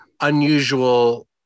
unusual